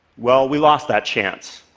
well, we lost that chance.